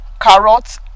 carrots